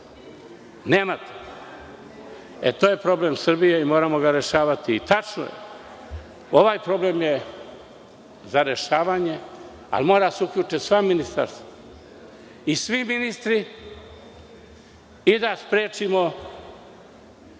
godina. To je problem Srbije i moramo ga rešavati. Tačno je, ovaj problem je za rešavanje, ali mora da se uključe sva ministarstva, svi ministri i da sprečimo